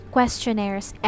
Questionnaires